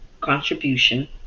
contribution